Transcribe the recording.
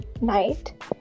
night